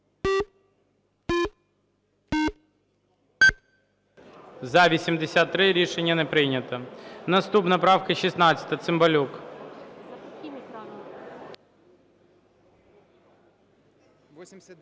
За-83 Рішення не прийнято. Наступна правка 16 Цимбалюка.